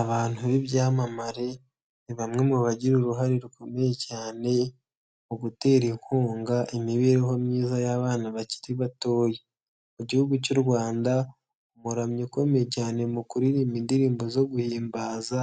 Abantu b'ibyamamare ni bamwe mu bagira uruhare rukomeye cyane mu gutera inkunga imibereho myiza y'abana bakiri bato, mu gihugu cy'u Rwanda umuramyi ukomeye cyane mu kuririmba indirimbo zo guhimbaza;